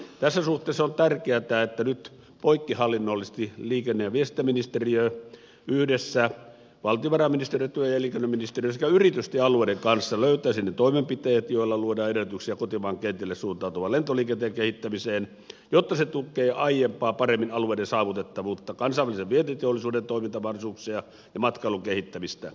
tässä suhteessa on tärkeätä että nyt poikkihallinnollisesti liikenne ja viestintäministeriö yhdessä valtiovarainministeriön ja työ ja elinkeinoministeriön sekä yritysten ja alueiden kanssa löytäisi ne toimenpiteet joilla luodaan edellytyksiä kotimaan kentille suuntautuvan lentoliikenteen kehittämiseen jotta se tukee aiempaa paremmin alueiden saavutettavuutta kansainvälisen vientiteollisuuden toimintamahdollisuuksia ja matkailun kehittämistä